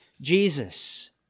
Jesus